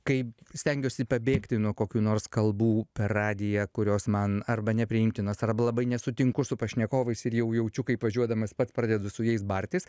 kaip stengiuosi pabėgti nuo kokių nors kalbų per radiją kurios man arba nepriimtinos arba labai nesutinku su pašnekovais ir jau jaučiu kaip važiuodamas pats pradedu su jais bartis